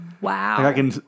Wow